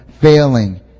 failing